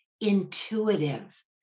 intuitive